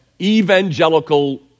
evangelical